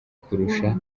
kurusha